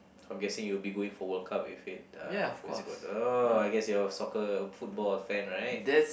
so I'm guessing you will be going for World Cup if it uh what's it called oh I guess you are a soccer football fan right